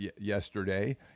yesterday